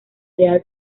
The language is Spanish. real